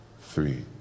three